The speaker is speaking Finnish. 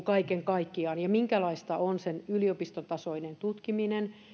kaiken kaikkiaan ja minkälaista on sen yliopistotasoinen tutkiminen